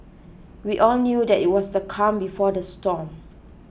we all knew that it was the calm before the storm